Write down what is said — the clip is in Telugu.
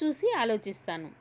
చూసి ఆలోచిస్తాను